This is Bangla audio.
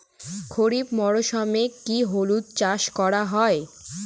খরিফ মরশুমে কি হলুদ চাস করা য়ায়?